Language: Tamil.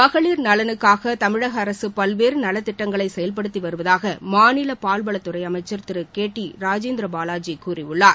மகளிர் நலனுக்காக தமிழக அரசு பல்வேறு நலத்திட்டங்களை செயல்படுத்தி வருவதாக மாநில பால்வளத்துறை அமைச்சர் திரு கே டி ராஜேந்திர பாலாஜி கூறியுள்ளார்